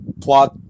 plot